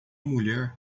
mulher